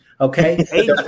Okay